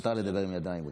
מותר לדבר עם ידיים בכנסת.